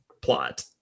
plot